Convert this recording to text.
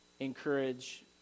encourage